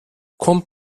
kommt